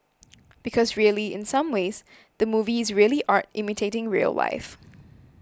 because really in some ways the movie is really art imitating real life